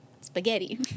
Spaghetti